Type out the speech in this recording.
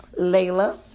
Layla